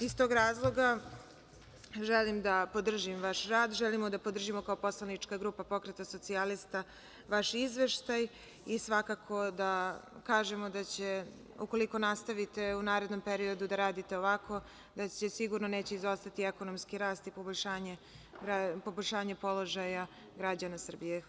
Iz tog razloga želim da podržim vaš rad, želimo da podržimo kao poslanička grupa Pokret socijalista vaš izveštaj i svakako da kažemo da ukoliko nastavite u narednom periodu da radite ovako da sigurno neće izostati ekonomski rast i poboljšanje položaja građana Srbije.